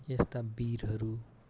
यस्ता वीरहरू